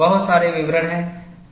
बहुत सारे विवरण हैं